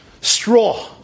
straw